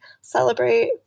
celebrate